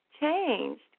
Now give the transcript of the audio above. changed